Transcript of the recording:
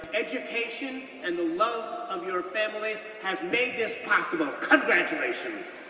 education and the love of your families has made this possible, congratulations!